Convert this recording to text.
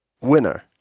winner